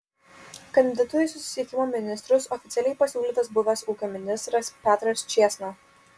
kandidatu į susisiekimo ministrus oficialiai pasiūlytas buvęs ūkio ministras petras čėsna